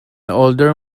older